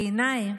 בעיניי,